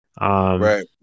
Right